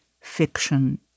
fiction